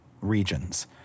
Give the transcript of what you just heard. regions